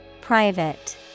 Private